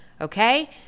okay